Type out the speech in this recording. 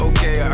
Okay